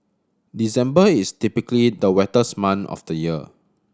December is typically the wettest month of the year